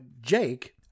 Jake